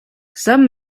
some